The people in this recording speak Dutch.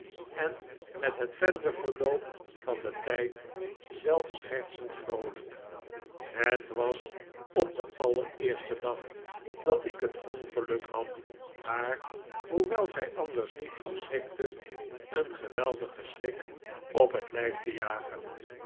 en met het verdere verloop van den tijd zelfs schertsend vroolijk het was op den allereersten dag dat ik het ongeluk had haar hoewel zij anders niet gauw schrikte een geweldigen schrik op het lijf te jagen